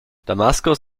damaskus